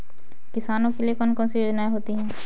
किसानों के लिए कौन कौन सी योजनायें होती हैं?